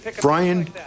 Brian